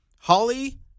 Holly